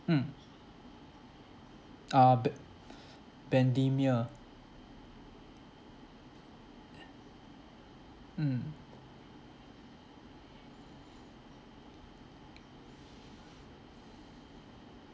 mm uh be~ bendemeer mm